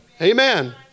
Amen